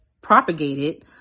propagated